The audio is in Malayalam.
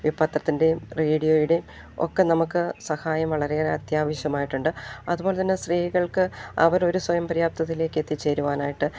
വി പത്രത്തിൻ്റെയും റേഡിയോയുടെയും ഒക്കെ നമുക്ക് സഹായം വളരെയേറെ അത്യാവശ്യമായിട്ടുണ്ട് അതു പോലെ തന്നെ സ്ത്രീകൾക്ക് അവരൊരു സ്വയം പര്യാപ്തതയിലേക്ക് എത്തിച്ചേരുവാനായിട്ട്